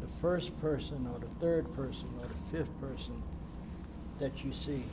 the first person or third person fifth person that you see